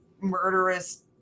murderous